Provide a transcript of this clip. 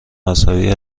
مذهبی